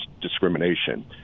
discrimination